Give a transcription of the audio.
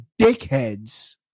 dickheads